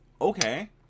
Okay